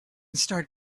start